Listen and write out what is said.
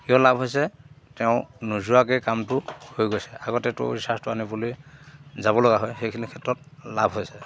কিয় লাভ হৈছে তেওঁ নোযোৱাকৈ কামটো হৈ গৈছে আগতেতো ৰিচাৰ্জটো আনিবলৈ যাব লগা হয় সেইখিনি ক্ষেত্ৰত লাভ হৈছে